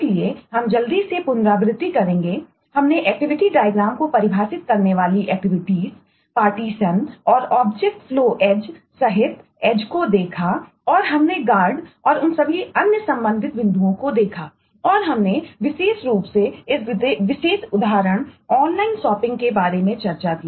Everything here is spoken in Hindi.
इसलिए हम जल्दी से पुनरावृत्ति करेंगे हमने एक्टिविटी डायग्रामके बारे में चर्चा की